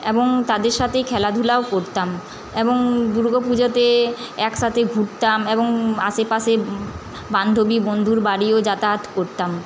এবং তাদের সাথে খেলাধূলাও করতাম এবং দুর্গাপুজোতে একসাথে ঘুরতাম এবং আশেপাশে বান্ধবী বন্ধুর বাড়িও যাতায়াত করতাম